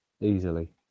Easily